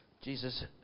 Jesus